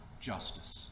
justice